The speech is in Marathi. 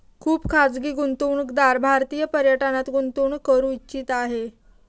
खुप खाजगी गुंतवणूकदार भारतीय पर्यटनात गुंतवणूक करू इच्छित आहे